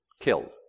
killed